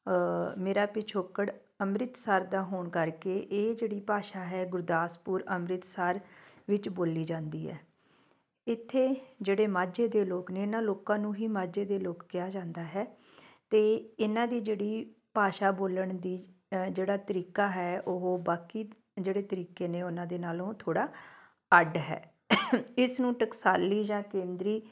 ਮੇਰਾ ਪਿਛੋਕੜ ਅੰਮ੍ਰਿਤਸਰ ਦਾ ਹੋਣ ਕਰਕੇ ਇਹ ਜਿਹੜੀ ਭਾਸ਼ਾ ਹੈ ਗੁਰਦਾਸਪੁਰ ਅੰਮ੍ਰਿਤਸਰ ਵਿੱਚ ਬੋਲੀ ਜਾਂਦੀ ਹੈ ਇੱਥੇ ਜਿਹੜੇ ਮਾਝੇ ਦੇ ਲੋਕ ਨੇ ਇਹਨਾਂ ਲੋਕਾਂ ਨੂੰ ਹੀ ਮਾਝੇ ਦੇ ਲੋਕ ਕਿਹਾ ਜਾਂਦਾ ਹੈ ਅਤੇ ਇਹਨਾਂ ਦੀ ਜਿਹੜੀ ਭਾਸ਼ਾ ਬੋਲਣ ਦੀ ਜਿਹੜਾ ਤਰੀਕਾ ਹੈ ਉਹ ਬਾਕੀ ਜਿਹੜੇ ਤਰੀਕੇ ਨੇ ਉਹਨਾਂ ਦੇ ਨਾਲੋਂ ਥੋੜ੍ਹਾ ਅੱਡ ਹੈ ਇਸ ਨੂੰ ਟਕਸਾਲੀ ਜਾਂ ਕੇਂਦਰੀ